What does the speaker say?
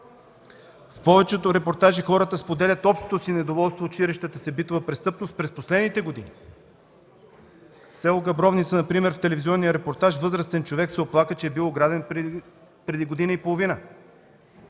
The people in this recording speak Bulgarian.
В повечето репортажи хората споделят общото си недоволство от ширещата се битова престъпност през последните години. В с. Габровница, например, в телевизионния репортаж възрастен човек се оплака, че е бил ограбен преди година и половина.